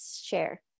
share